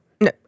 No